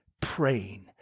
praying